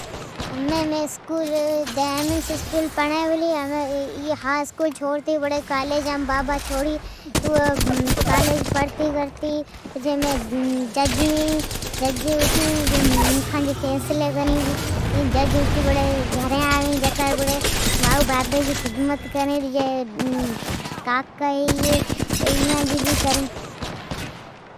ساکڑی مالی ناستے مین چانئی رعٹی کھان سی ایم آچھے چاور کھانسین ، مائو ڑاٹی تڑتی ڈئ چھے ماکھڑامین مکھتے ڈئ چھے کڈی کڈئ اینڈی ڈی چھے ۔ انڈئ آملیٹ ٹھاتے ڈی چھے